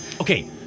okay